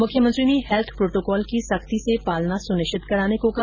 मुख्यमंत्री ने health protocol की सख्ती से पालना सुनिश्चित कराने को कहा